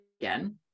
again